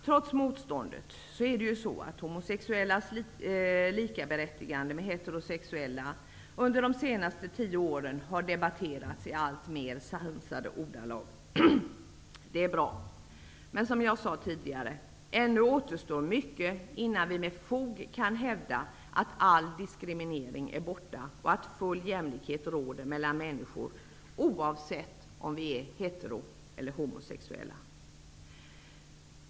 Trots motståndet har homosexuellas likaberättigande med heterosexuella under de senaste tio åren debatterats i alltmer sansade ordalag. Det är bra. Men som jag sade tidigare: Ännu återstår mycket innan vi med fog kan hävda att all diskriminering är borta och att full jämlikhet råder mellan människor, oavsett om vi är heteroeller homosexuella.